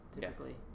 typically